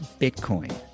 Bitcoin